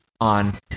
on